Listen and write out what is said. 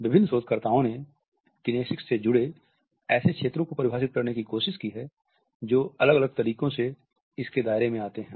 विभिन्न शोधकर्ताओं ने किनेसिक्स से जुड़े हुए ऐसे क्षेत्रों को परिभाषित करने की कोशिश की है जो अलग अलग तरीकों से इसके दायरे में आते हैं